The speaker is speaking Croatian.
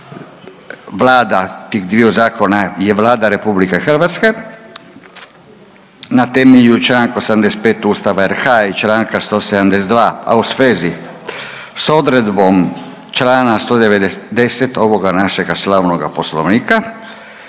Vlada, tih dviju zakona je Vlada RH na temelju čl. 85 Ustava RH i čl. 172, a u svezi s odredbom čl. 190 ovoga našega slavnoga Poslovnika.